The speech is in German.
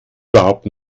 überhaupt